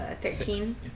thirteen